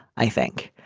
i think